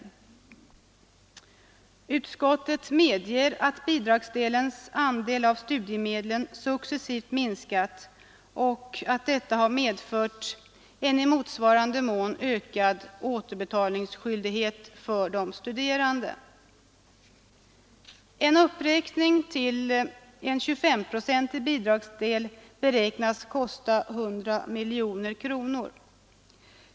Utskottet medger att bidragsdelens andel av studiemedlen successivt minskat och att detta har medfört en i motsvarande mån ökad återbetalningsskyldighet för de studerande. En uppräkning till en 25-procentig bidragsdel beräknas kosta 100 miljoner kronor.